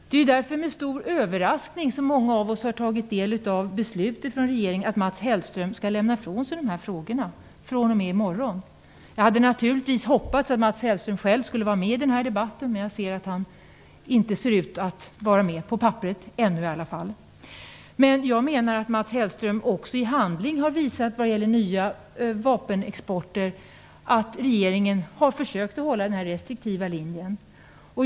Det är med stor överraskning som många av oss har tagit del av beslutet från regeringen att Mats Hellström fr.o.m. i morgon skall lämna ifrån sig de här frågorna. Jag hade naturligtvis hoppats att Mats Hellström själv skulle delta i den här debatten, men han är inte - ännu, i alla fall - uppsatt på talarlistan. Jag menar att Mats Hellström också i handling har visat att regeringen har försökt att hålla en restriktiv linje, i varje fall när det gäller nya vapenexporter.